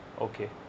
Okay